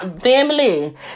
family